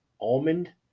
almond